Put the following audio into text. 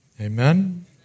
amen